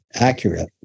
accurate